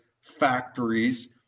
factories